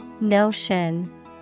Notion